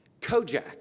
Kojak